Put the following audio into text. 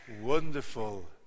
wonderful